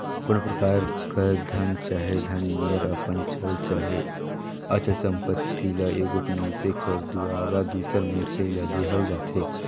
कोनो परकार कर धन चहे धन नियर अपन चल चहे अचल संपत्ति ल एगोट मइनसे कर दुवारा दूसर मइनसे ल देहल जाथे